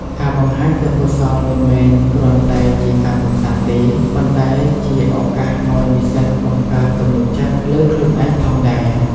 ការបង្ហាញទេពកោសល្យមិនមែនគ្រាន់តែជាការកំសាន្តទេ ប៉ុន្តែជាឱកាសឲ្យនិស្សិតបង្កើតទំនុកចិត្តលើខ្លួនឯងផងដែរ។